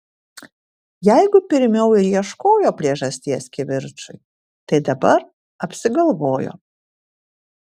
jeigu pirmiau ir ieškojo priežasties kivirčui tai dabar apsigalvojo